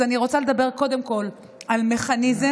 אז אני רוצה לדבר קודם כול על מכניזם,